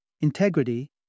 Integrity